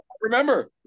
remember